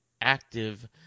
active